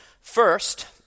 First